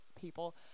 people